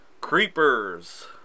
Creepers